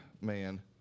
Man